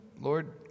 Lord